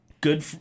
good